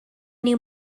new